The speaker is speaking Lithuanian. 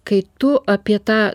kai tu apie tą